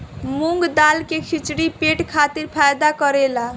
मूंग दाल के खिचड़ी पेट खातिर फायदा करेला